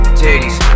titties